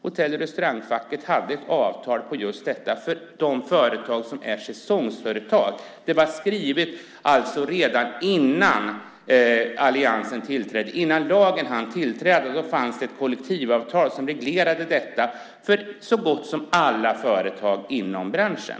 Hotell och restaurangfacket hade ett avtal om just detta för de företag som är säsongsföretag. Det var skrivet redan innan alliansen tillträdde. Innan lagen hann träda i kraft fanns det ett kollektivavtal som reglerade detta för så gott som alla företag inom branschen.